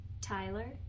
Tyler